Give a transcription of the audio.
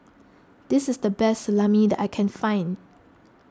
this is the best Salami that I can find